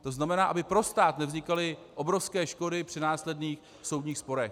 To znamená, aby pro stát nevznikaly obrovské škody při následných soudních sporech.